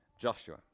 Joshua